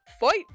fight